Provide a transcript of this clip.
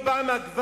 אובמה,